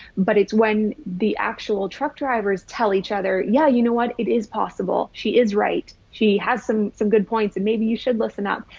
but it's when the actual truck drivers tell each other, yeah. you know what it is possible. she is right. she has some, some good points and maybe you should listen up.